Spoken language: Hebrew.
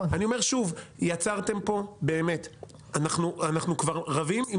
אתם יצרתם פה מצב שאנחנו רבים עם